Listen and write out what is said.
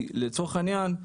לצורך העניין,